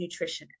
nutritionist